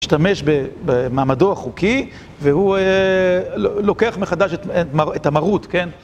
משתמש ב... במעמדו החוקי, והוא אה... ל... לוקח מחדש את... את מ... את המרות, כן?